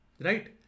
Right